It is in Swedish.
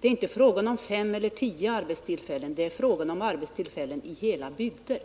Det är inte fråga om fem eller tio arbetstillfällen. Det är fråga om arbetstillfällen i hela bygder.